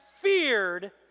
feared